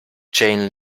chain